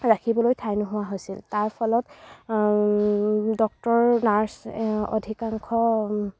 ৰাখিবলৈ ঠাই নহোৱা হৈছিল তাৰ ফলত ডক্টৰ নাৰ্ছ অধিকাংশ